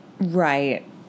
Right